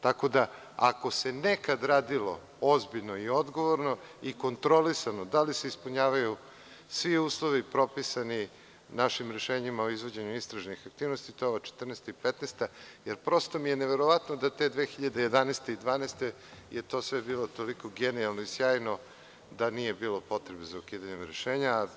Tako da, ako se nekad radilo ozbiljno i odgovorno i kontrolisano, da li se ispunjavaju svi uslovi propisani našim rešenjima o izvođenju istražnih aktivnosti to je ova 2014/2015 godina, jer prosto mi je neverovatno da te 2011. i 2012. godine je to sve bilo toliko genijalno i sjajno da nije bilo potrebe za ukidanjem rešenja.